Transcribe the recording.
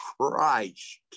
Christ